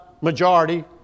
majority